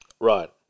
Right